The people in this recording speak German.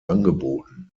angeboten